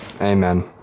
Amen